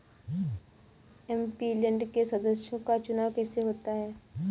MP land के सदस्यों का चुनाव कैसे होता है?